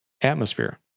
atmosphere